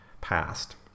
past